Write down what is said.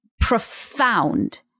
profound